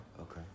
okay